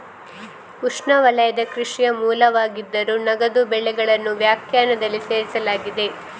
ಉಷ್ಣವಲಯದ ಕೃಷಿಯ ಮೂಲವಾಗಿದ್ದರೂ, ನಗದು ಬೆಳೆಗಳನ್ನು ವ್ಯಾಖ್ಯಾನದಲ್ಲಿ ಸೇರಿಸಲಾಗಿದೆ